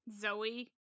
Zoe